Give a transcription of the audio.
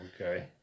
okay